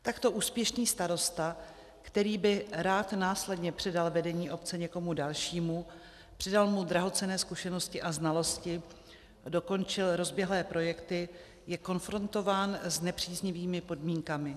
Takto úspěšný starosta, který by rád následně předal vedení obce někomu dalšímu, předal mu drahocenné zkušenosti a znalosti, dokončil rozběhlé projekty, je konfrontován s nepříznivými podmínkami.